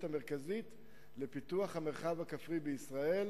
המרכזית לפיתוח המרחב הכפרי בישראל,